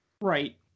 Right